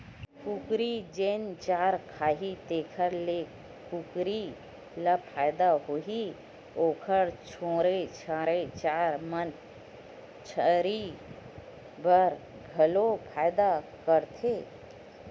कुकरी जेन चारा खाही तेखर ले कुकरी ल फायदा होही, ओखर छोड़े छाड़े चारा मन मछरी बर घलो फायदा करथे